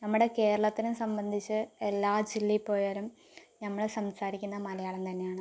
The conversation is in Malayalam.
നമ്മുടെ കേരളത്തിനെ സംബന്ധിച്ച് എല്ലാ ജില്ലയിൽ പോയാലും നമ്മള് സംസാരിക്കുന്നത് മലയാളം തന്നെയാണ്